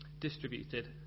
distributed